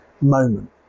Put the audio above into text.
moment